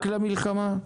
רק למלחמה?